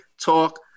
Talk